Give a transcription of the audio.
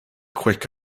quick